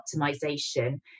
optimization